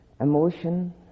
emotion